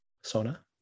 Sona